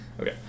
Okay